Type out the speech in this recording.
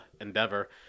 endeavor